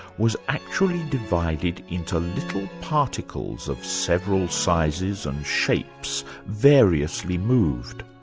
was actually divided into little particles of several sizes and shapes variously mov'd.